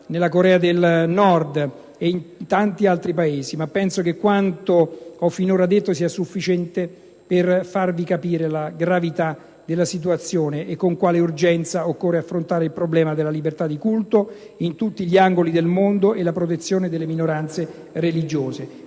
nella Corea del Nord e in tanti altri Paesi, ma penso che quanto ho finora detto sia sufficiente a farvi capire la gravità della situazione e con quale urgenza occorra affrontare il problema della libertà di culto in tutti gli angoli del mondo e la protezione delle minoranze religiose.